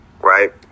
Right